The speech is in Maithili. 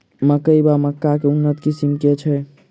मकई वा मक्का केँ उन्नत किसिम केँ छैय?